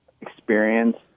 experience